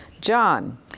John